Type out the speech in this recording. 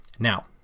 Now